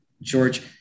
George